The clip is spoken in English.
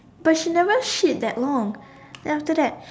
but she never shit that long then after that